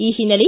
ಈ ಹಿನ್ನೆಲೆ